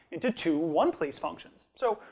into two one-place functions. so,